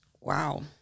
Wow